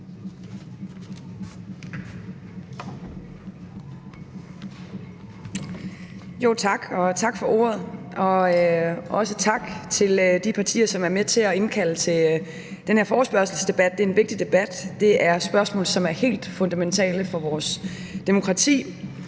(KF): Tak for ordet. Og også tak til de partier, som har været med til at indkalde til den her forespørgselsdebat. Det er en vigtig debat – det er spørgsmål, som er helt fundamentale for vores demokrati.